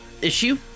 issue